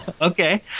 Okay